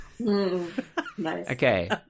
Okay